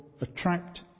attract